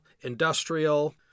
industrial